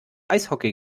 eishockey